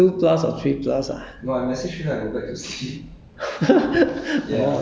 but actually I I I message you at two plus or three plus ah